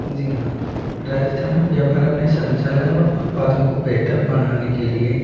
जी हाँ राजस्थान में व्यापार अपने संचालन और उत्पादों को बेहतर बनाने के लिए